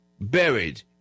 buried